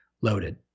loaded